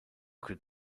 could